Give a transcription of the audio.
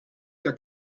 der